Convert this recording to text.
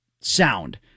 sound